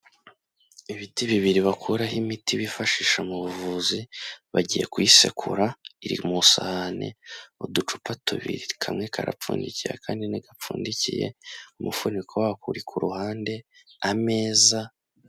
Ibiti bibiri bakuraho imiti bifashisha mu buvuzi, bagiye kuyisekura, iri ku mu sahane, uducupa tubiri kamwe karapfundikiye akandi ntigapfundikiye, umufuniko wako uri ku ruhande, ameza.